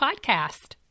podcast